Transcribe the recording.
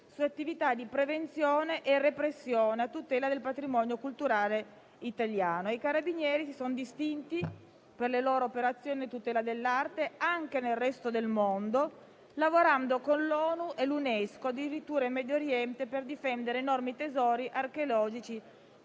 di attività di prevenzione e repressione a tutela del patrimonio culturale italiano. I Carabinieri si sono distinti per le loro operazioni a tutela dell'arte anche nel resto del mondo, lavorando con l'ONU e l'UNESCO addirittura in Medio Oriente per difendere enormi tesori archeologici